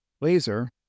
Laser